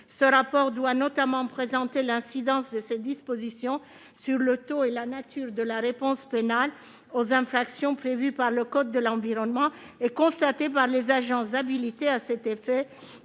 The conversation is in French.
Ce rapport doit notamment présenter l'incidence de ces dispositions sur le taux et la nature de la réponse pénale aux infractions prévues par le code de l'environnement et constatées par les agents habilités à cet effet